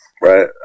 Right